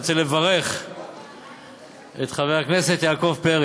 אני רוצה לברך את חבר הכנסת יעקב פרי